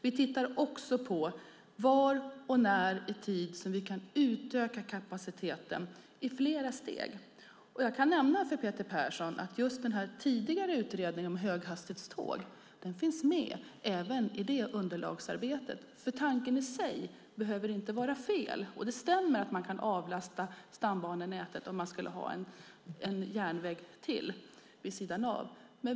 Vi tittar också på var och när i tid vi kan utöka kapaciteten i flera steg. Jag kan nämna för Peter Persson att just den tidigare utredningen om höghastighetståg finns med även i detta underlagsarbete. Tanken i sig behöver nämligen inte vara fel, och det stämmer att man kan avlasta stambanenätet om man skulle ha en järnväg till vid sidan av.